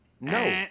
No